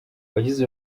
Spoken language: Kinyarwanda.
abagize